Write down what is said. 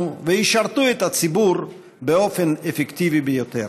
וישרתו את הציבור באופן אפקטיבי יותר.